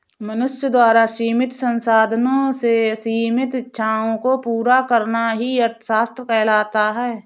मनुष्य द्वारा सीमित संसाधनों से असीमित इच्छाओं को पूरा करना ही अर्थशास्त्र कहलाता है